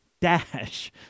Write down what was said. dash